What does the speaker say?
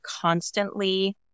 constantly